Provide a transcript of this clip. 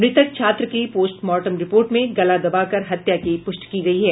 मृतक छात्र की पोस्ट मार्टम रिपोर्ट में गला दबाकर हत्या की पुष्टि की गयी है